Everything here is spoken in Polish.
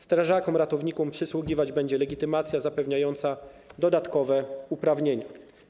Strażakom ratownikom przysługiwać będzie legitymacja zapewniająca dodatkowe uprawnienia.